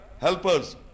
helpers